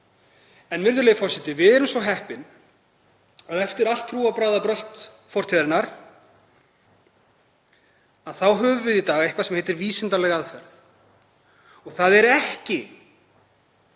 Virðulegi forseti. Við erum svo heppin að eftir allt trúarbragðabrölt fortíðarinnar höfum við í dag eitthvað sem heitir vísindalega aðferð. Það er ekki